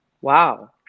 wow